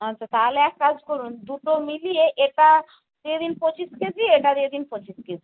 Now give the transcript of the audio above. আচ্ছা তাহলে এক কাজ করুন দুটো মিলিয়ে এটা দিয়ে দিন পঁচিশ কেজি এটা দিয়ে দিন পঁচিশ কেজি